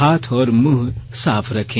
हाथ और मुंह साफ रखें